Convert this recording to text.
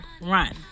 run